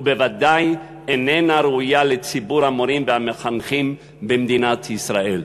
ובוודאי איננה ראויה לציבור המורים והמחנכים במדינת ישראל.